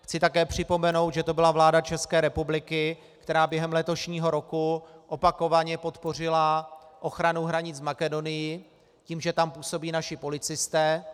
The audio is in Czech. Chci také připomenout, že to byla vláda České republiky, která během letošního roku opakovaně podpořila ochranu hranic s Makedonií tím, že tam působí naši policisté.